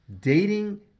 Dating